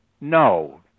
no